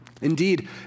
Indeed